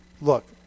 Look